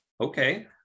okay